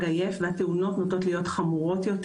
עייף והתאונות נוטות להיות חמורות יותר.